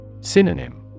Synonym